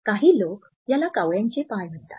काही लोक याला कावळ्यांचे पाय म्हणतात